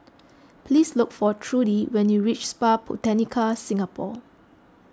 please look for Trudi when you reach Spa Botanica Singapore